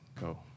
go